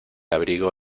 abrigo